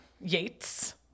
Yates